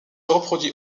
reproduit